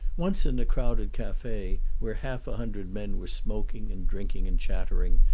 once in a crowded cafe, where half a hundred men were smoking and drinking and chattering,